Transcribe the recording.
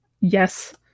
Yes